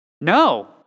No